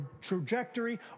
trajectory